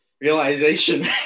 realization